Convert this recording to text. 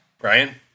Brian